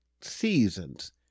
seasons